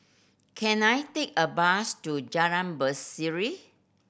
can I take a bus to Jalan Berseri